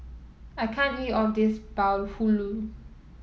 I can't eat of this Bahulu